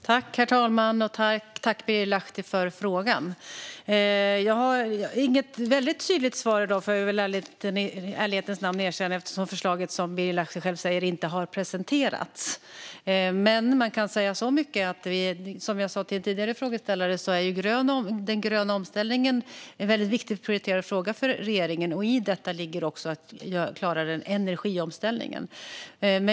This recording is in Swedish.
Herr talman! Jag tackar Birger Lahti för frågan. Jag får i ärlighetens namn erkänna att jag i dag inte har något väldigt tydligt svar, eftersom förslaget, som Birger Lahti själv säger, inte har presenterats. Men jag kan säga så mycket, som jag sa till en tidigare frågeställare, som att den gröna omställningen är en väldigt viktig och prioriterad fråga för regeringen. I detta ligger också att klara energiomställningen.